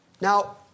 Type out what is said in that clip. Now